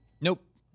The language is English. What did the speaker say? Nope